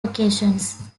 occasions